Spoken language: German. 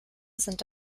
sind